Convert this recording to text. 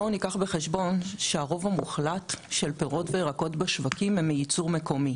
בואו ניקח בחשבון שהרוב המוחלט של פירות וירקות בשווים הם מייצור מקומי.